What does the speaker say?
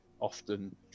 Often